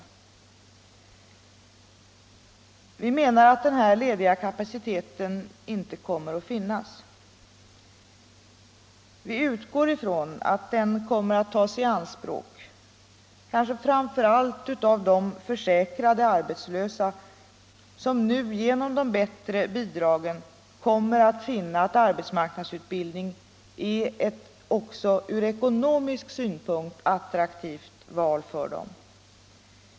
Vi menar att denna lediga kapacitet inte kommer att finnas. Vi utgår nämligen från att den kommer att tas i anspråk, kanske framför allt av de försäkrade arbetslösa, som nu genom de bättre bidragen kommer att finna att arbetsmarknadsutbildning är ett också ur ekonomisk synpunkt attraktivt val för dem.